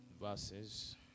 verses